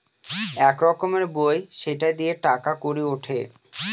এক রকমের বই সেটা দিয়ে টাকা কড়ি উঠে